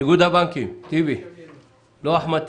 איגוד הבנקים, טיבי רבינוביץ'.